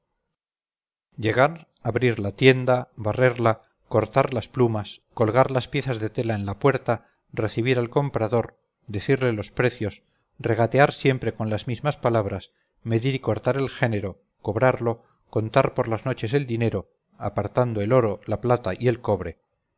llegar abrir la tienda barrerla cortar las plumas colgar las piezas de tela en la puerta recibir al comprador decirle los precios regatear siempre con las mismas palabras medir y cortar el género cobrarlo contar por las noches el dinero apartando el oro la plata y el cobre